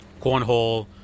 Cornhole